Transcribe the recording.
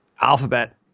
Alphabet